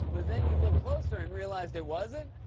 but then you looked closer and realized it wasn't?